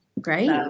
Great